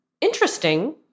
interesting